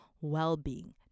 well-being